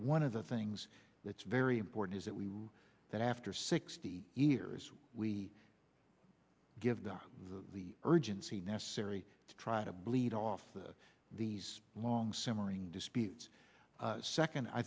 one of the things that's very important is that we will that after sixty years we give them the urgency necessary to try to bleed off these long simmering disputes second i